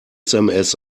sms